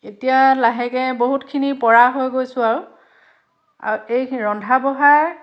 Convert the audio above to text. এতিয়া লাহেকৈ বহুতখিনি পৰা হৈ গৈছোঁ আৰু আৰু এই ৰন্ধা বঢ়াৰ